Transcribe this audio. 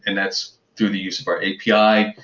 and that's through the use of our api.